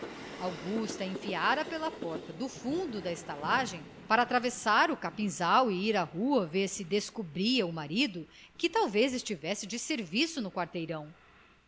augusta enfiara pela porta do fundo da estalagem para atravessar o capinzal e ir à rua ver se descobria o marido que talvez estivesse de serviço no quarteirão